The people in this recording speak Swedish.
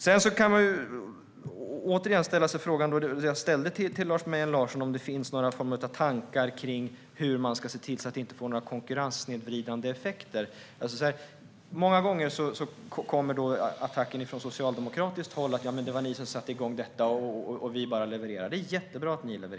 Man kan återigen ställa sig den fråga jag ställde till Lars Mejern Larsson: Finns det några former av tankar på hur man ska se till att detta inte får några konkurrenssnedvridande effekter? Många gånger kommer attacken från socialdemokratiskt håll där man säger: Det var ni som satte igång detta, och vi bara levererar. Det är jättebra att ni levererar.